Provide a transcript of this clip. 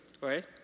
right